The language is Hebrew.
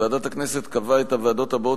ועדת הכנסת קבעה את הוועדות הבאות